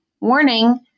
warning